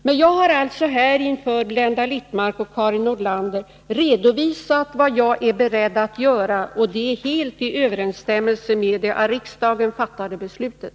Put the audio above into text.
Men jag har här inför Blenda Littmarck och Karin Nordlander redovisat vad jag är beredd att göra, och det är helt i överensstämmelse med det av riksdagen fattade beslutet.